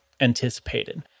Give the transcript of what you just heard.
anticipated